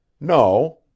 No